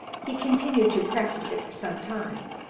he continued to practise it for some time,